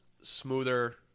smoother